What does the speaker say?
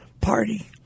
party